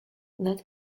that